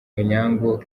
onyango